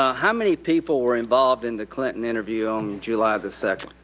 ah how many people were involved in the clinton interview on july the second?